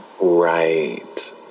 right